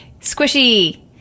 Squishy